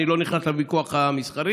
אני לא נכנס לוויכוח המסחרי,